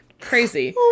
crazy